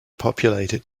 populated